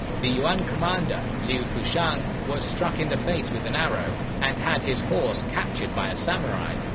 the yuan commander liu fu-shang was struck in the face with an arrow, and had his horse captured by a samurai.